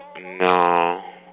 No